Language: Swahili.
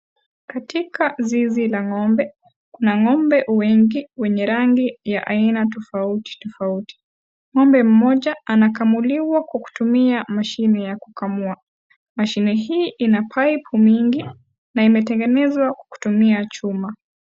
Katika zizi la ng'ombe, kuna ng'ombe wengi rangi ya aina tofauti tofauti. Ng'ombe mmoja anakamuliwa kwa kutumia mashine ya kukamua. Mashine hii ina pipu mingi na imetengenezwa kwa kutumia chuma.